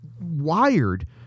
wired